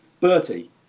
Bertie